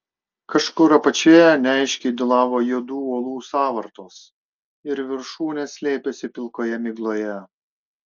kažkur apačioje neaiškiai dūlavo juodų uolų sąvartos ir viršūnės slėpėsi pilkoje migloje